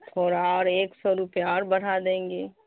تھوڑا اور ایک سو روپیہ اور بڑھا دیں گے